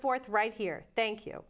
fourth right here thank you